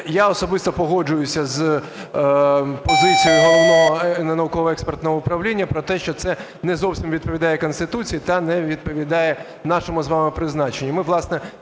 я особисто погоджуюся з позицією Головного науково-експертного управління про те, що це не зовсім відповідає Конституції та не відповідає нашому з вами призначенню.